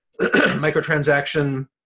microtransaction